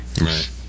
right